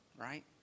right